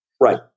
Right